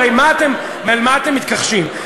הרי למה אתם מתכחשים?